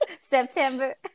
september